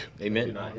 Amen